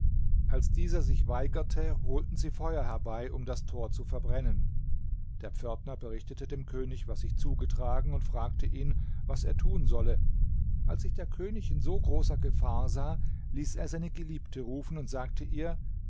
als dieser sich weigerte holten sie feuer herbei um das tor zu verbrennen der pförtner berichtete dem könig was sich zugetragen und fragte ihn was er tun solle als sich der könig in so großer gefahr sah ließ er seine geliebte rufen und sagte ihr